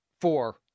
four